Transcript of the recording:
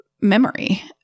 memory